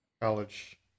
college